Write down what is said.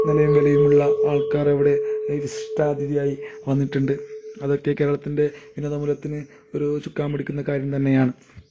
നിലയും വിലയുമുള്ള ആൾക്കാരവിടെ വിശിഷ്ടാതിഥിയായി വന്നിട്ടുണ്ട് അതൊക്കെ കേരളത്തിൻ്റെ വിനോദ മൂല്യത്തിന് ഒരു ചുക്കാൻ പിടിക്കുന്ന കാര്യം തന്നെയാണ്